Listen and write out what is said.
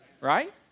right